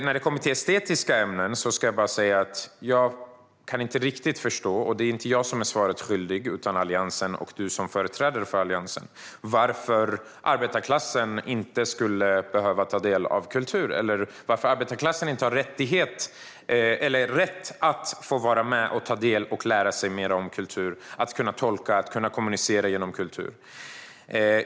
När det kommer till estetiska ämnen ska jag bara säga att jag inte riktigt kan förstå - och det är inte jag som är svaret skyldig utan Alliansen och du som företrädare för Alliansen, Erik Bengtzboe - varför arbetarklassen inte skulle behöva ta del av kultur. Varför har arbetarklassen inte rätt att ta del av och lära sig mer om kultur? Det handlar om att kunna tolka och kommunicera genom kultur.